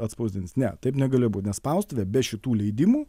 atspausdins ne taip negalėjo būt nes spaustuvė be šitų leidimų